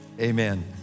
Amen